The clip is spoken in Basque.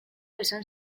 esan